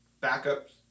backup